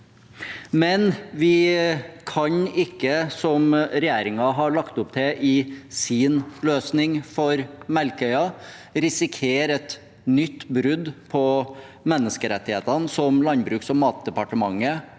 Men vi kan ikke, som regjeringen har lagt opp til i sin løsning for Melkøya, risikere et nytt brudd på menneskerettighetene, som Landbruks- og matdepartementet